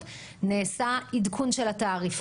זה שמדי פעם נעשה עדכון של התעריפון.